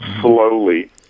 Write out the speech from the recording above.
slowly